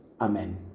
Amen